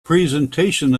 presentation